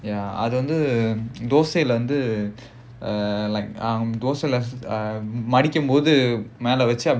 ya அது வந்து:adhu vandhu thosai lah வந்து:vandhu uh like um thosai um மடிக்கும்போது மேல வச்சி:madikkumpothu mela vachi